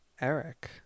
eric